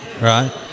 Right